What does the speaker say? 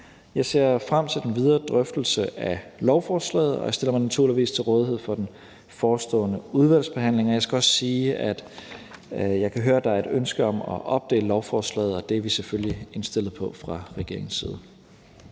Jeg ser frem til den videre drøftelse af lovforslaget, og jeg stiller mig naturligvis til rådighed for den forestående udvalgsbehandling. Og jeg skal også sige, da jeg kan høre, at der er ønske om at opdele lovforslaget, at det er vi fra regeringens side